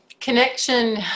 Connection